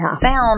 found